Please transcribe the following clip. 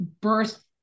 birth